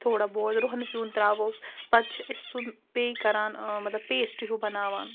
تھوڑا بہت رۄہنہٕ پیوٗنٛت ترٛاووس پَتہٕ چھِ أسۍ سُہ پے کَران مطلب پیسٹہٕ ہیوٗ بَناوان